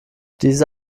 diese